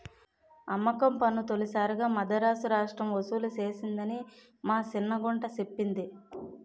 అమ్మకం పన్ను తొలిసారిగా మదరాసు రాష్ట్రం ఒసూలు సేసిందని మా సిన్న గుంట సెప్పింది